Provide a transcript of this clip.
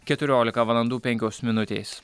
keturiolika valandų penkios minutės